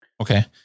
Okay